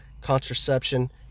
contraception